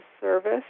service